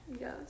Yes